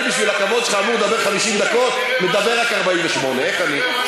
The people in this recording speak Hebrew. אני בשביל הכבוד שלך אמור לדבר 50 דקות ומדבר רק 48. איך אני?